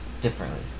differently